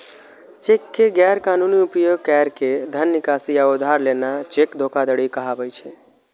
cheque के गैर कानूनी उपयोग कैर के धन निकासी या उधार लेना चेक धोखाधड़ी कहाबै छै